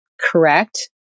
correct